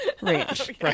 Ranch